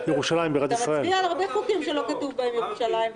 אתה מצביע על הרבה חוקים שלא כתוב בהם ירושלים.